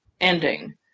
ending